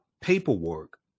paperwork